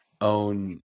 own